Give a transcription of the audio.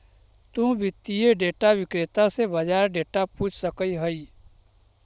तु वित्तीय डेटा विक्रेता से बाजार डेटा पूछ सकऽ हऽ